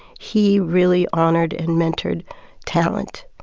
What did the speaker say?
he really honored and mentored talent.